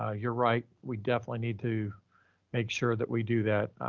ah you're right we definitely need to make sure that we do that.